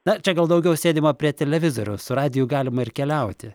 na čia gal daugiau sėdima prie televizoriaus su radiju galima ir keliauti